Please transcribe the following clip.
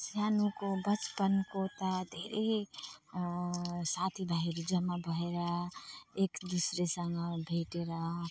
सानोको बचपनको उता धेरै साथीभाइहरू जम्मा भएर एकदुस्रासँग भेटेर